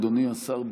אדוני השר,